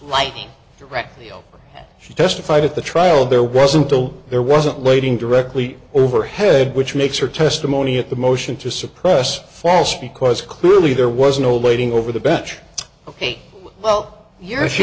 light directly she testified at the trial there wasn't a will there wasn't waiting directly overhead which makes her testimony at the motion to suppress false because clearly there was no waiting over the bench ok well your she